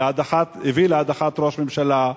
הביא להדחת ראש ממשלה,